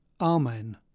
Amen